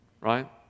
right